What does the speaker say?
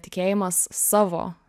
tikėjimas savo